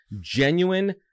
genuine